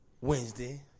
Wednesday